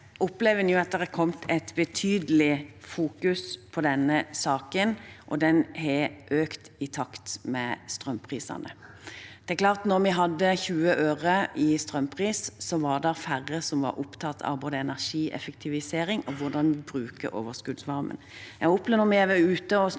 opplever en at det har blitt et betydelig fokus på denne saken, og det har økt i takt med strømprisene. Det er klart at da vi hadde 20 øre i strømpris, var det færre som var opptatt av både energieffektivisering og hvordan vi bruker overskuddsvarmen.